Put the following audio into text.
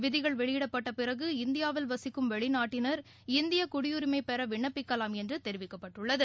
விதிகள் வெளியிடப்பட்ட பிறகு இந்தியாவில் வசிக்கும் வெளிநாட்டினர் இந்திய குடியுரிமை பெற விண்ணப்பிக்கலாம் என்று தெரிவிக்கப்பட்டுள்ளது